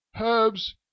herbs